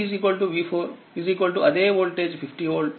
కాబట్టి v3v4 అదేవోల్టేజ్ 50వోల్ట్